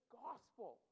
gospel